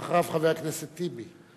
ואחריו, חבר הכנסת אחמד טיבי.